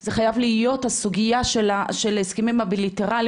זה חייב להיות הסוגייה של הסכמים הבליטרליים,